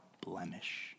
blemish